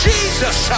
Jesus